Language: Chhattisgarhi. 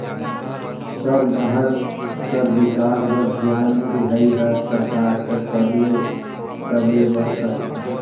सब डाहर कर बिकास बर धियान देहई हर सरकार कर सबले सबले बड़खा काम हवे